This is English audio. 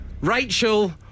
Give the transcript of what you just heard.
Rachel